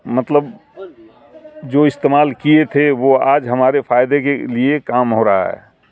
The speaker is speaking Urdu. مطلب جو استعمال کیے تھے وہ آج ہمارے فائدے کے لیے کام ہو رہا ہے